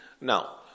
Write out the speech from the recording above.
now